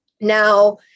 now